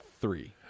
three